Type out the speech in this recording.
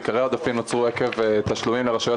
עיקרי העודפים נוצרו עקב תשלומים לרשויות